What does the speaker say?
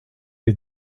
les